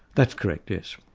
that's correct yes.